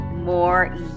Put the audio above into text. more